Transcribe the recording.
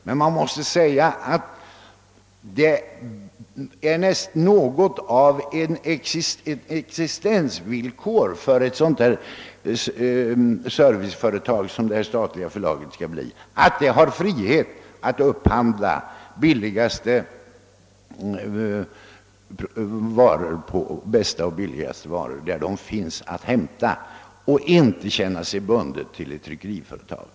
Men man skall ha klart för sig att det är något av ett existensvillkor för ett sådant serviceföretag som det statliga förlaget skall bli att ha frihet att upphandla bästa och billigaste varor och inte känna sig bundet till ett visst tryckeriföretag.